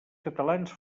catalans